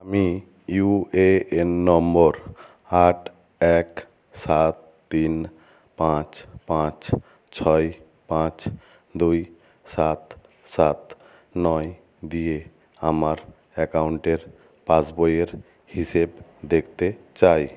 আমি ইউএএন নম্বর আট এক সাত তিন পাঁচ পাঁচ ছয় পাঁচ দুই সাত সাত নয় দিয়ে আমার অ্যাকাউন্টের পাসবইয়ের হিসেব দেখতে চাই